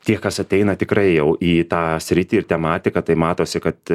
tie kas ateina tikrai jau į tą sritį ir tematiką tai matosi kad